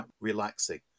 relaxing